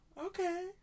Okay